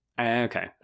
Okay